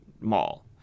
mall